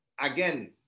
again